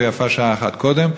ויפה שעה אחת קודם,